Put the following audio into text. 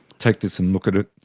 take this and look at it,